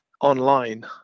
online